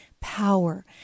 Power